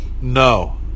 No